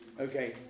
Okay